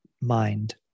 mind